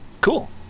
Cool